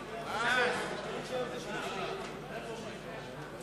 איסור ניתוק מים לרשות מקומית),